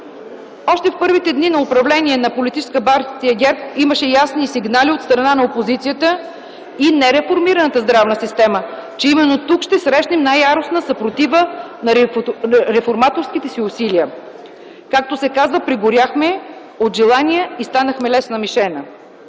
Още в първите дни на управление на Политическа партия ГЕРБ имаше ясни сигнали от страна на опозицията и нереформираната здравна система, че именно тук ще срещнем най-яростна съпротива на реформаторските си усилия. Както се казва, прегоряхме от желание и станахме лесна мишена.